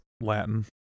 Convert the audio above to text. Latin